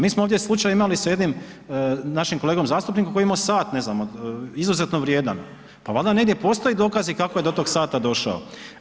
Mi smo ovdje slučaj imali sa jednim našim kolegom zastupnikom, koji je imao sat, ne znam, izuzetno vrijedan, pa valjda negdje postoje dokazi kako je do tog sata došao?